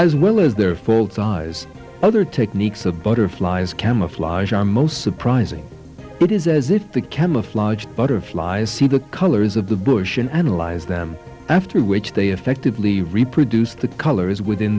as well as their full size other techniques of butterflies camouflage most surprising it is as if the camouflage butterflies see the colors of the bush and analyze them after which they effectively reproduce the colors within